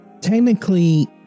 technically